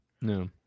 No